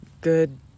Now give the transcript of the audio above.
good